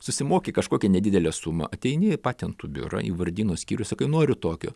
susimoki kažkokią nedidelę sumą ateini į patentų biurą į vardynų skyrių sakai noriu tokio